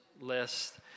list